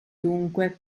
dunque